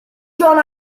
john